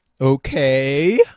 Okay